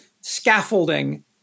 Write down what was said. scaffolding